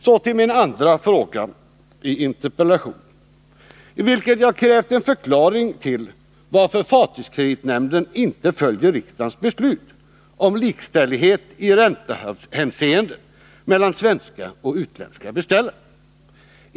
Så till min andra fråga i interpellationen, i vilken jag krävt en förklaring till att fartygskreditnämnden inte följer riksdagens beslut om likställighet i räntehänseende mellan svenska och utländska beställare.